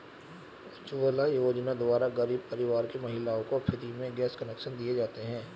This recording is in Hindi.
उज्जवला योजना द्वारा गरीब परिवार की महिलाओं को फ्री में गैस कनेक्शन दिए जाते है